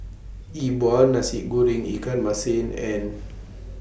Yi Bua Nasi Goreng Ikan Masin and